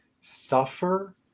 suffer